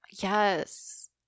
Yes